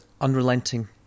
unrelenting